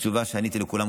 התשובה שעניתי לכולן,